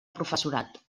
professorat